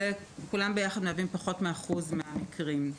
כולם ביחד מהווים פחות מאחוז מהמקרים.